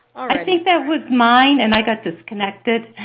i think that was mine, and i got disconnected.